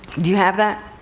do you have that?